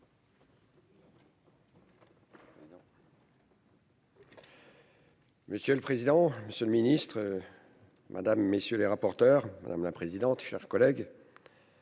Monsieur le président, Monsieur le Ministre Madame messieurs les rapporteurs, madame la présidente, chers collègues.